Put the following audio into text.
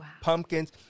pumpkins